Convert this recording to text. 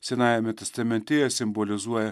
senajame testamente jie simbolizuoja